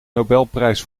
nobelprijs